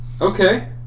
Okay